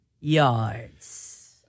yards